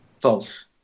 False